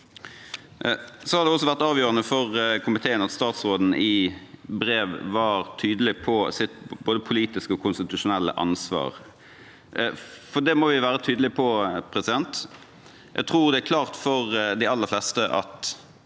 Det har også vært avgjørende for komiteen at statsråden i brev var tydelig på sitt både politiske og konstitusjonelle ansvar, for det må vi være tydelige på. Jeg tror det er klart for de aller fleste at